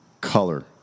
color